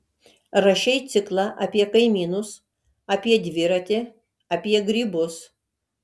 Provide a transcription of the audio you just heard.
rašei ciklą apie kaimynus apie dviratį apie grybus